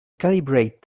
calibrate